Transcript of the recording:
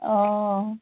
অঁ